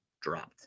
dropped